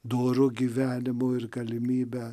doru gyvenimu ir galimybe